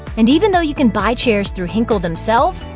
and even though you can buy chairs through hinkle themselves,